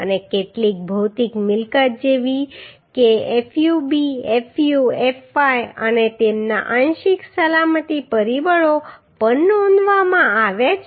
અને કેટલીક ભૌતિક મિલકત જેવી કે fub fu fy અને તેમના આંશિક સલામતી પરિબળો પણ નોંધવામાં આવ્યા છે